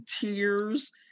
tears